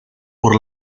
por